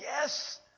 Yes